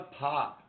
pop